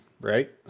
right